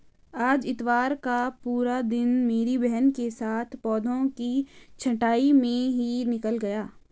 आज इतवार का पूरा दिन मेरी बहन के साथ पौधों की छंटाई में ही निकल गया